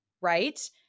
right